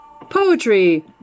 Poetry